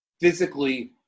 physically